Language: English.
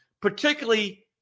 particularly